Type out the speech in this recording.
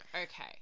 okay